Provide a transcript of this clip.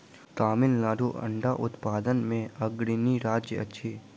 तमिलनाडु अंडा उत्पादन मे अग्रणी राज्य अछि